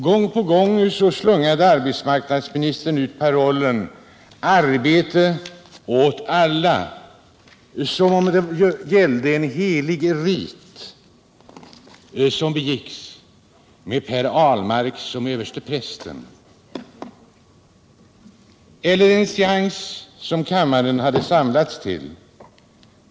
Gång på gång slungade arbetsmarknadsministern ut parollen ”Arbete åt alla”, som om det var en helig rit som begicks, med Per Ahlmark som översteprästen, eller en seans som kammaren samlats till.